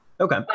Okay